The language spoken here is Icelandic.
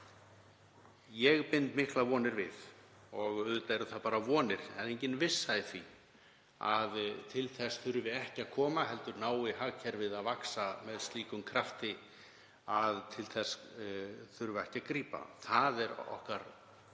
því. Ég bind miklar vonir við, og auðvitað eru það bara vonir, það er engin vissa í því, að til þess þurfi ekki að koma heldur nái hagkerfið að vaxa af slíkum krafti að til þess þurfi ekki að grípa. Það er stefna